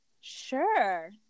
Sure